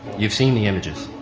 you have seen the images.